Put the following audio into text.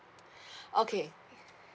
okay